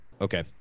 Okay